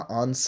on